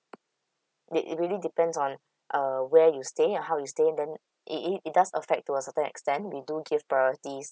it it really depends on uh where you stay how you stay then it it it does affect to a certain extent we do give priorities